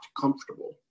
comfortable